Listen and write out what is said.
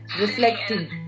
reflecting